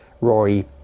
Rory